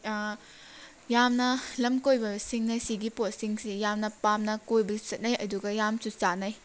ꯌꯥꯝꯅ ꯂꯝ ꯀꯣꯏꯕꯁꯤꯡ ꯑꯁꯤꯒꯤ ꯄꯣꯠꯁꯤꯡꯁꯤ ꯌꯥꯝꯅ ꯄꯥꯝꯅ ꯀꯣꯏꯕꯁꯨ ꯆꯠꯅꯩ ꯑꯗꯨꯒ ꯌꯥꯝꯁꯨ ꯆꯥꯅꯩ